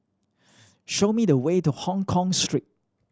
show me the way to Hongkong Street